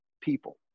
people